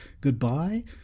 goodbye